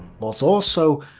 but also,